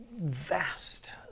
vast